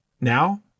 Now